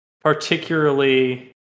particularly